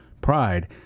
pride